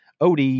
OD